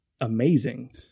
amazing